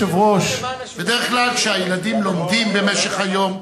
בדרך כלל כשהילדים לומדים במשך היום,